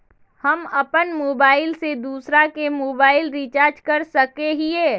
हम अपन मोबाईल से दूसरा के मोबाईल रिचार्ज कर सके हिये?